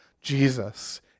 Jesus